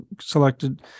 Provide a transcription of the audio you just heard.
selected